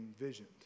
envisioned